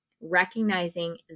recognizing